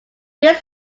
geek